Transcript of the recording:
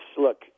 look